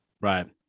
right